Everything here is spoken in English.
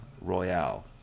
Royale